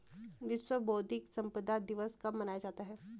विश्व बौद्धिक संपदा दिवस कब मनाया जाता है?